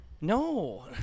No